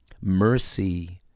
mercy